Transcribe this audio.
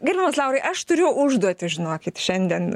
gerbiamas laurai aš turiu užduotį žinokit šiandien